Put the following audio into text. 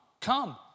Come